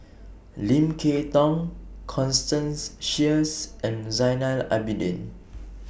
Lim Kay Tong Constance Sheares and Zainal Abidin